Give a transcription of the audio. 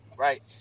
Right